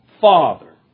Father